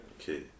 Okay